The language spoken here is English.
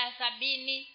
sabini